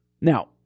Now